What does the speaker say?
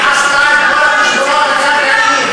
היא עשתה את כל החשבונות הכלכליים,